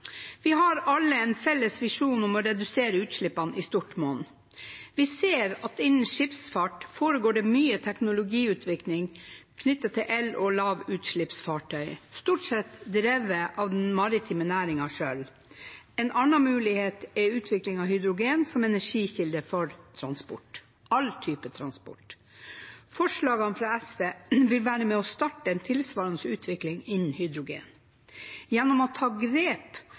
Vi har alle en felles visjon om å redusere utslippene i stort monn. Vi ser at innen skipsfart foregår det mye teknologiutvikling knyttet til el- og lavutslippsfartøy, stort sett drevet av den maritime næringen selv. En annen mulighet er utvikling av hydrogen som energikilde for transport – all type transport. Forslagene fra SV vil være med og starte en tilsvarende utvikling innen hydrogen. Gjennom å ta grep